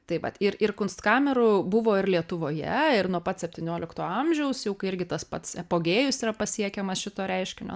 taip vat ir ir kunstkamerų buvo ir lietuvoje ir nuo pat septyniolikto amžiaus jau irgi tas pats apogėjus yra pasiekiamas šito reiškinio